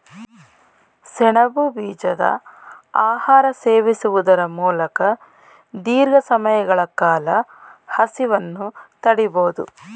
ಸೆಣಬು ಬೀಜದ ಆಹಾರ ಸೇವಿಸುವುದರ ಮೂಲಕ ದೀರ್ಘ ಸಮಯಗಳ ಕಾಲ ಹಸಿವನ್ನು ತಡಿಬೋದು